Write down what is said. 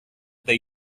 they